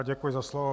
Děkuji za slovo.